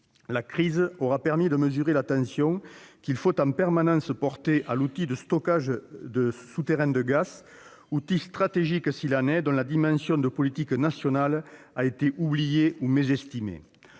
La crise aura permis de mesurer l'attention qu'il faut en permanence porter à l'outil de stockage souterrain de gaz, outil stratégique s'il en est, dont la dimension de politique nationale a été oubliée ou mésestimée.